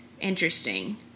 Interesting